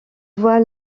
voit